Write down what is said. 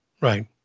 Right